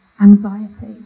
anxiety